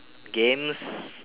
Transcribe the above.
games